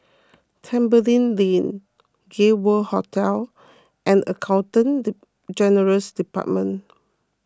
Tembeling Lane Gay World Hotel and Accountant General's Department